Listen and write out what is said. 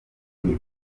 nti